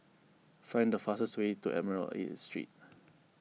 find the fastest way to Admiralty Street